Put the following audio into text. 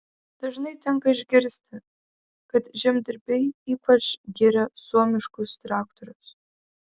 dažnai tenka išgirsti kad žemdirbiai ypač giria suomiškus traktorius